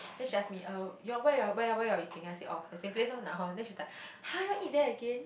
then she ask me uh you all where you where where you all eating I say oh the same place oh Nakhon then she's like !huh! you all eat there again